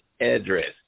address